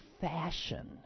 fashion